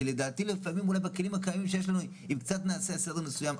כי לדעתי לפעמים אולי בכלים הקיימים שיש לנו אם קצת נעשה סדר מסוים,